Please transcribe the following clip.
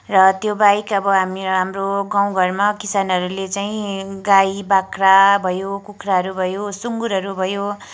र त्यो बाहेक अब हामी हाम्रो गाउँघरमा किसानहरूले चाहिँ गाई बाख्रा भयो कुखुराहरू भयो सुँगुरहरू भयो